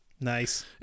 Nice